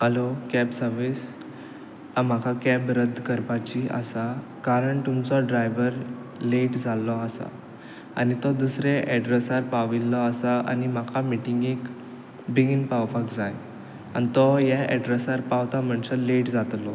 hello cab service आं म्हाका cab रद्द करपाची आसा कारण तुमचो ड्रायव्हर लेट जाल्लो आसा आनी तो दुसरे एड्रेसार पाविल्लो आसा आनी म्हाका मिटिंगेक बेगीन पावपाक जाय आनी तो ह्या एड्रेसार पावता म्हणसर लेट जातलो